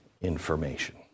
information